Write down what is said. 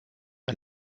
ein